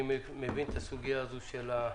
אני מבין את הקושי של הסוגיה,